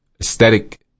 aesthetic